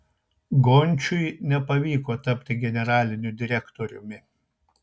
gončiui nepavyko tapti generaliniu direktoriumi